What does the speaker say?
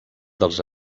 dels